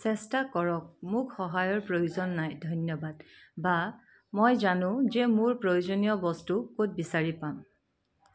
চেষ্টা কৰক মোক সহায়ৰ প্ৰয়োজন নাই ধন্যবাদ বা মই জানো যে মোৰ প্ৰয়োজনীয় বস্তু ক'ত বিচাৰি পাম